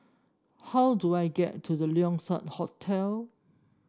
how do I get to The Keong Saik Hotel